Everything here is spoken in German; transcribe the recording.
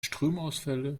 stromausfälle